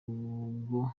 bwo